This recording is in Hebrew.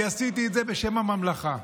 אני עשיתי את זה בשם הממלכה,